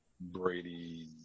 Brady